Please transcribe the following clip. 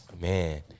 Man